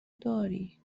داری